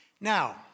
Now